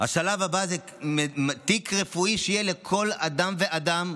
זה תיק רפואי שיהיה לכל אדם ואדם,